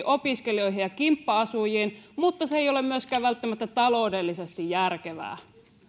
opiskelijoihin ja kimppa asujiin vaan se ei ole myöskään välttämättä taloudellisesti järkevää